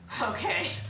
Okay